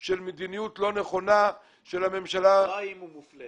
של מדיניות לא נכונה של הממשלה --- לא האם הוא מופלה,